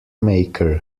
maker